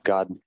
God